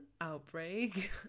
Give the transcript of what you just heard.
outbreak